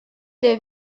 des